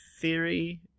theory